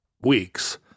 weeks—